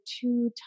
two